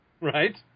Right